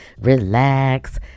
relax